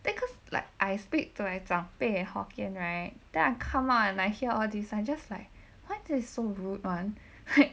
because like I speak to my 长辈 hokkien right then I come out and I hear all these I'm just like what's they so rude [one]